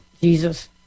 jesus